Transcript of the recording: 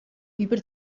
über